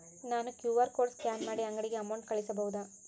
ನಾನು QR code scan ಮಾಡಿ ಅಂಗಡಿಗೆ ಅಮೌಂಟ್ ಕಳಿಸಬಹುದಾ?